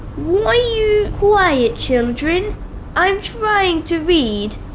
why you. quiet children i'm trying to read!